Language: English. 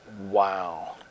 wow